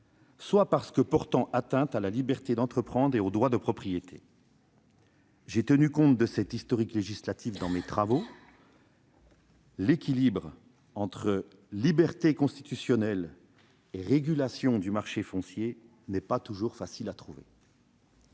soit parce qu'ils portaient atteinte à la liberté d'entreprendre et au droit de propriété. J'ai tenu compte, dans mes travaux, de cet historique législatif. L'équilibre entre libertés constitutionnelles et régulation du marché foncier n'est pas toujours facile à trouver.